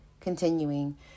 Continuing